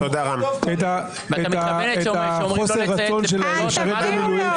את החוסר רצון שלהם לשרת במילואים,